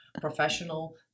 professional